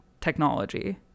technology